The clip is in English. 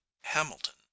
Hamilton